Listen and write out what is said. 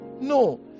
no